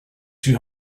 two